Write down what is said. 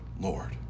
Lord